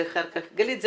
גלית,